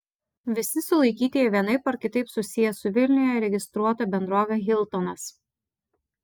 visi sulaikytieji vienaip ar kitaip susiję su vilniuje registruota bendrove hiltonas